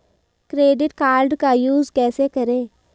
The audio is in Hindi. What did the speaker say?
क्रेडिट कार्ड का यूज कैसे करें?